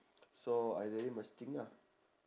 so I really must think lah